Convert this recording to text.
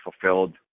fulfilled